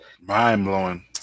Mind-blowing